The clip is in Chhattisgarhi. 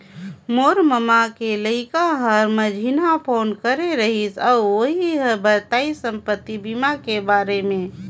मोर ममा के लइका हर मंझिन्हा फोन करे रहिस अउ ओही हर बताइस संपति बीमा के बारे मे